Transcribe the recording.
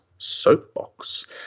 soapbox